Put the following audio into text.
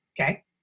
Okay